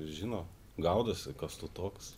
žino gaudosi kas tu toks